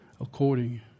according